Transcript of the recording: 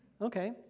Okay